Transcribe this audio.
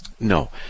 No